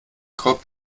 korb